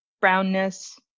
brownness